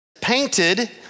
painted